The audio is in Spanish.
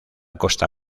costa